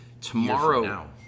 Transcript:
tomorrow